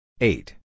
Eight